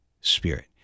Spirit